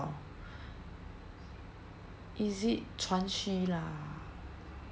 is it chuan xu lah